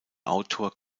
autor